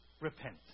Repent